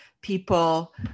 people